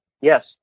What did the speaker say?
Yes